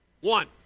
One